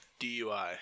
DUI